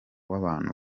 w’abantu